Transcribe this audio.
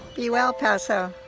be well paso!